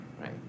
Right